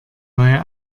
neue